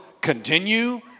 continue